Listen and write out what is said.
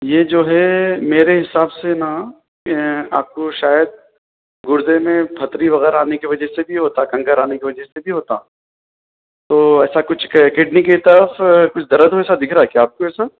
یہ جو ہے میرے حساب سے نا آپ کو شاید گردے میں پھتھری وغیرہ آنے کی وجہ سے بھی ہوتا ہے کنکر آنے کی وجہ سے بھی ہوتا تو ایسا کچھ ک کڈنی کی طرف کچھ درد ویسا دکھ رہا ہے کیا آپ کو ایسا